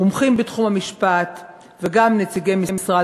מומחים בתחום המשפט וגם נציגי משרד